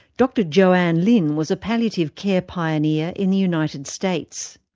dr joanne lynn was a palliative care pioneer in the united states.